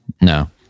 No